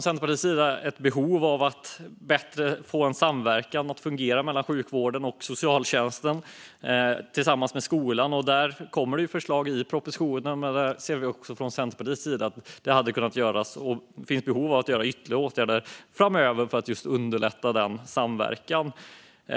Centerpartiet ser ett behov av att få samverkan att fungera bättre mellan sjukvården och socialtjänsten tillsammans med skolan. Där kommer förslag i propositionen, men vi ser från Centerpartiet att det hade kunnat vidtas ytterligare åtgärder framöver för att underlätta denna samverkan. Det finns ett behov av detta.